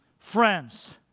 Friends